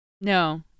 No